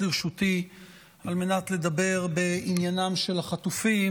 לרשותי על מנת לדבר בעניינם של החטופים,